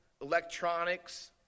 Electronics